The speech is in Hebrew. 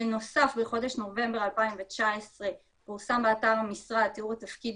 בנוסף בחודש נובמבר 2019 פורסם באתר המשרד תיאור תפקיד